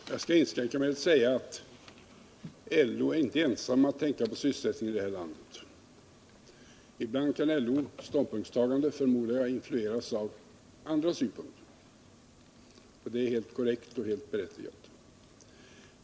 Herr talman! Jag skall inskränka mig till att säga att LO inte är ensam om att tänka på sysselsättningen här i landet. Jag förmodar också att LO:s ståndpunktstagande ibland kan influeras av andra synpunkter.